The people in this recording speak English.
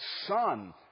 Son